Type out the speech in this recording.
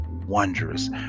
wondrous